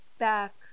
back